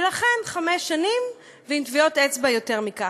לכן, חמש שנים, ועם טביעות אצבע יותר מכך.